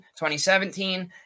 2017